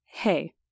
Hey